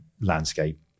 landscape